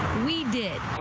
we did.